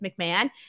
McMahon